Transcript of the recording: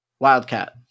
Wildcat